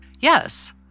Yes